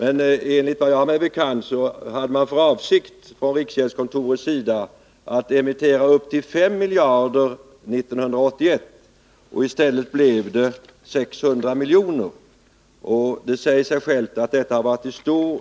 Men enligt vad jag har mig bekant hade man från riksgäldskontorets sida för avsikt att emittera upp till 5 miljarder 1981; i stället blev det 600 miljoner. Det säger sig självt att detta var till stor